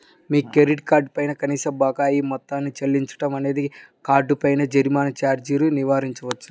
మీ credit card పై కనీస బకాయి మొత్తాన్ని చెల్లించడం అనేది కార్డుపై జరిమానా ఛార్జీని నివారించవచ్చు